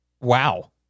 wow